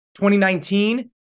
2019